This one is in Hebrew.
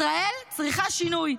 ישראל צריכה שינוי,